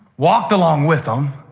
walked along with them.